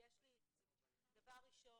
אנחנו